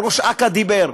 כשראש אכ"א דיבר,